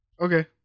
Okay